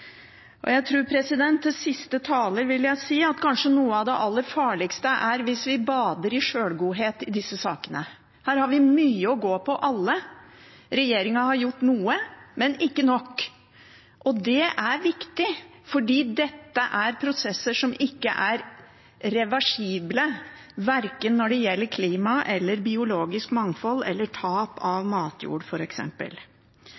Til siste taler vil jeg si at kanskje noe av det aller farligste er å bade i sjølgodhet i disse sakene. Her har vi alle mye å gå på. Regjeringen har gjort noe, men ikke nok, og det er viktig, fordi dette er prosesser som ikke er reversible, verken når det gjelder klima, biologisk mangfold eller tap